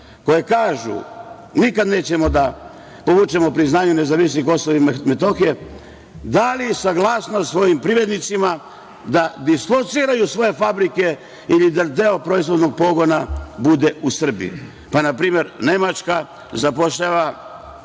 koje kažu – nikada nećemo povučemo priznanje nezavisnih Kosova i Metohije. Dali saglasnost svojim privrednicima da dislociraju svoje fabrike ili da deo proizvodnog pogona bude u Srbiji, pa na primer, Nemačka zapošljava